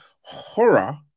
horror